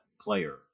player